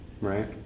right